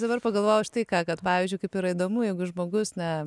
dabar pagalvojau štai ką kad pavyzdžiui kaip yra įdomu jeigu žmogus ne